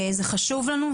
זה חשוב לנו,